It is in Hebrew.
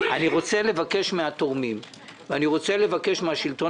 אני רוצה לבקש מהתורמים ואני רוצה לבקש מן השלטון